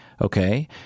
Okay